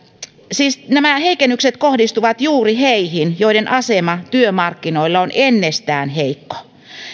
siis nämä heikennykset kohdistuvat juuri heihin joiden asema työmarkkinoilla on ennestään heikko